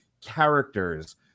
characters